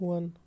One